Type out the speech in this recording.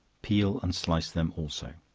peel and slice them also.